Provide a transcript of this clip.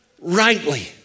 rightly